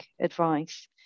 advice